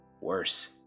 worse